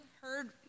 heard